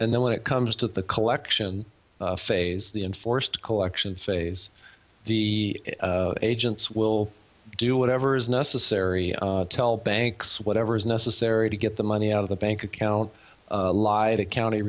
when it comes to the collection phase the enforced collection phase the agents will do whatever's necessary to tell banks whatever is necessary to get the money out of the bank account lie the county